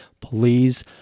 please